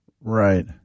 Right